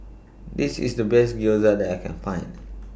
This IS The Best Gyoza that I Can Find